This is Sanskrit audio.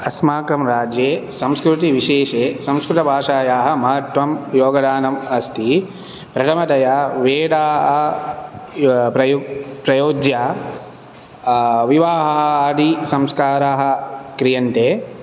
अस्माकं राज्ये संस्कृतिविशेषे संस्कृतभाषायाः महत्वं योगदानम् अस्ति प्रथमतया वेदाः प्रयु प्रयोज्य विवाहः आदि संस्काराः क्रियन्ते